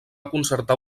concertar